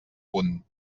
punt